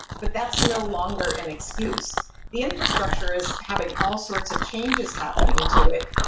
but that's no longer an excuse. the infrastructure is having all sorts of changes happening to it,